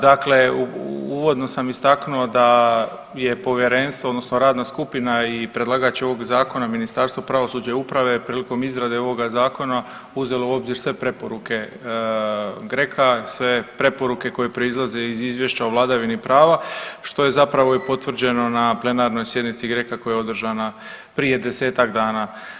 Dakle, uvodno sam istaknuo da je povjerenstvo odnosno radna skupina i predlagač ovog zakona Ministarstvo pravosuđa i uprave prilikom izrade ovoga zakona uzelo u obzir sve preporuke GRECO-a, sve preporuke koje proizlaze iz izvješća o vladavini prava, što je zapravo i potvrđeno na plenarnoj sjednici GRECO-a koja je održana prije 10-tak dana.